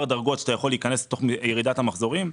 דרגות שאתה יכול להיכנס בתוך ירידת המחזורים.